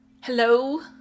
Hello